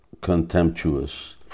contemptuous